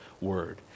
word